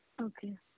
Okay